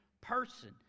person